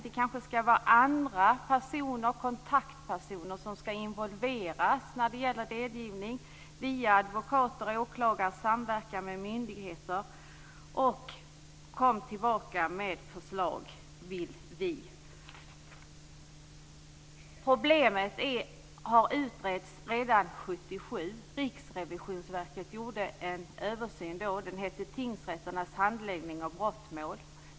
Det kanske skall vara andra kontaktpersoner som skall involveras när det gäller delgivning och som via advokater och åklagare skall samverka med myndigheter. Därefter vill vi att regeringen återkommer med förslag. Problemet utreddes redan 1977. Riksrevisionsverket gjorde då en översyn som hette Tingsrätternas handläggning av brottmål.